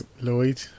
Lloyd